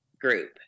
group